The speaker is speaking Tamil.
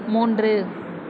மூன்று